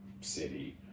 city